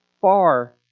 far